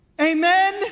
amen